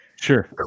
sure